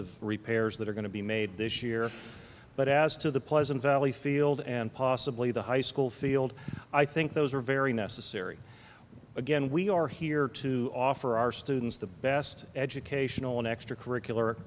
of repairs that are going to be made this year but as to the pleasant valley field and possibly the high school field i think those are very necessary again we are here to offer our students the best educational and extra curricular